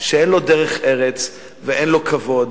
שאין לו דרך-ארץ ואין לו כבוד,